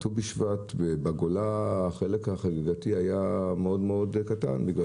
ט"ו בשבט בגולה החלק החגיגתי היה מאוד מאוד קטן מכיוון